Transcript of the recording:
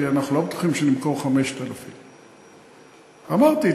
כי אנחנו לא בטוחים שנמכור 5,000. אמרתי,